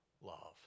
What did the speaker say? love